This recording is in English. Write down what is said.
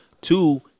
Two